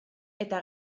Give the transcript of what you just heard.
eta